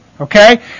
Okay